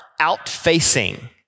outfacing